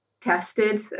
tested